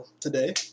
today